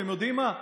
אתם יודעים מה?